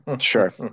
Sure